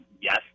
yes